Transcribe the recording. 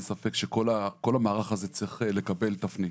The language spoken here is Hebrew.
ספק שכל המערך הזה צריך לקבל תפנית.